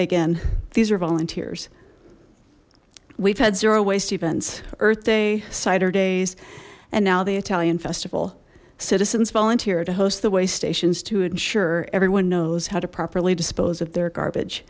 again these are volunteers we've had zero waste events earth day cider days and now the italian festival citizens volunteer to host the waste stations to ensure everyone knows how to properly dispose of their garbage